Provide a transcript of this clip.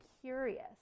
curious